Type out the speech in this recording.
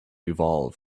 evolve